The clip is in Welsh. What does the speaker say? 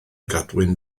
gadwyn